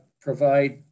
provide